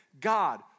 God